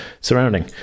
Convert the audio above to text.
surrounding